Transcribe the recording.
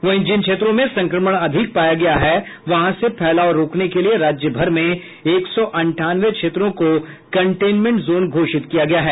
वहीं जिन क्षेत्रों में संक्रमण अधिक पाया गया है वहां से फैलाव रोकने के लिए राज्य भर में एक सौ अंठानवे क्षेत्रों को कंटेनमेंट जोन घोषित किया गया है